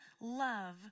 love